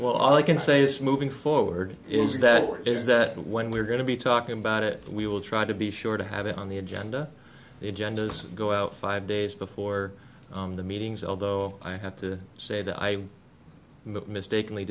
well i can say it's moving forward is that is that when we're going to be talking about it we will try to be sure to have it on the agenda the agendas go out five days before the meetings although i have to say that i mistakenly